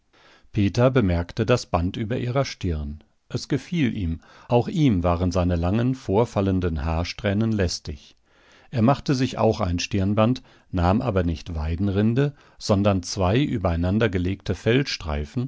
peter bemerkte das band über ihrer stirn es gefiel ihm auch ihm waren seine langen vorfallenden haarsträhnen lästig er machte sich auch ein stirnband nahm aber nicht weidenrinde sondern zwei übereinandergelegte